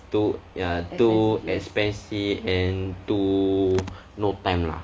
too ya too expensive and too no time lah